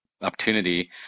opportunity